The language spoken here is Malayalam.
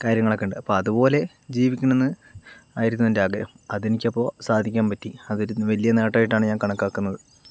അപ്പോൾ അതുപോലെ ജീവിക്കണമെന്ന് ആയിരുന്നു എൻ്റെ ആഗ്രഹം അതെനിക്കപ്പോൾ സാധിക്കാൻ പറ്റി അതൊരു വലിയ നേട്ടമായിട്ടാണ് ഞാൻ കണക്കാക്കുന്നത്